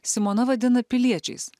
simona vadina piliečiais